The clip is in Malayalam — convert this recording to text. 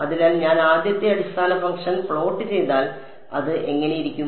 അതിനാൽ ഞാൻ ആദ്യത്തെ അടിസ്ഥാന ഫംഗ്ഷൻ പ്ലോട്ട് ചെയ്താൽ അത് എങ്ങനെയിരിക്കും